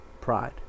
pride